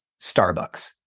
Starbucks